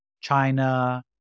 China